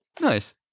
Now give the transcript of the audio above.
nice